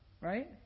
Right